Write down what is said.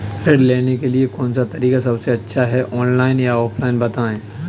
ऋण लेने के लिए कौन सा तरीका सबसे अच्छा है ऑनलाइन या ऑफलाइन बताएँ?